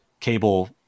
Cable